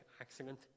accident